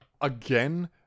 again